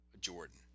Jordan